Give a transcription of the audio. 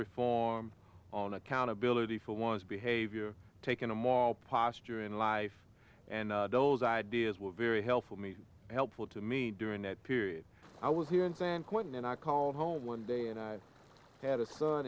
reform on accountability for one's behavior taken a mall posture in life and those ideas were very helpful me helpful to me during that period i was here in san quentin and i called home one day and i had a son